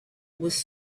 was